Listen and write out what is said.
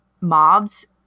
mobs